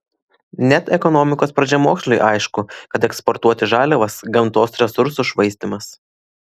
net ekonomikos pradžiamoksliui aišku kad eksportuoti žaliavas gamtos resursų švaistymas